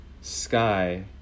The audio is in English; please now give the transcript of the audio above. Sky